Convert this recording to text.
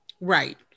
Right